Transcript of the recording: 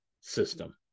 system